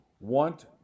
want